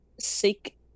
seek